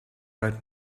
right